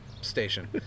station